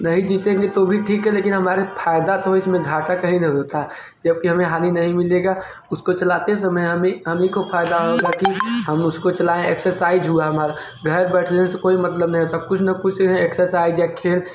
नहीं जीतेंगे तो भी ठीक है लेकिन हमारा फ़ायदा तो है इसमें घाटा कही नहीं होता जबके हमें हानि नहीं मिलेगा उसको चलाते समय हमें हम ही को फ़ायदा होगा हम उसको चलायें एक्सरसाइज़ हुआ हमारा घर बैठने से कोई मतलब नहीं होता कुछ न कुछ एक्सरसाइज़ या खेल